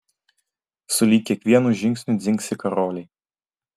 sulig kiekvienu žingsniu dzingsi karoliai